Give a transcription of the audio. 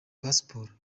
pasiporo